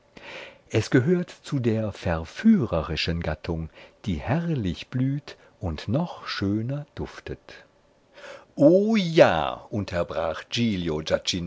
es gehört zu der verführerischen gattung die herrlich blüht und noch schöner duftet o ja unterbrach